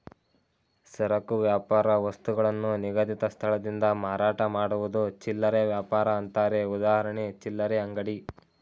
ಸರಕು ವ್ಯಾಪಾರ ವಸ್ತುಗಳನ್ನು ನಿಗದಿತ ಸ್ಥಳದಿಂದ ಮಾರಾಟ ಮಾಡುವುದು ಚಿಲ್ಲರೆ ವ್ಯಾಪಾರ ಅಂತಾರೆ ಉದಾಹರಣೆ ಚಿಲ್ಲರೆ ಅಂಗಡಿ